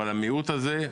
אבל המיעוט הזה,